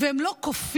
והם לא קופים.